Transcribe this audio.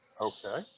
Okay